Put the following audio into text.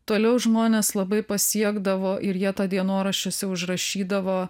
toliau žmones labai pasiekdavo ir jie tą dienoraščiuose užrašydavo